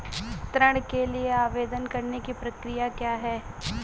ऋण के लिए आवेदन करने की प्रक्रिया क्या है?